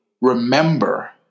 remember